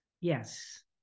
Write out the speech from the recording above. Yes